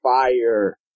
fire